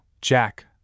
Jack